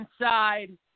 inside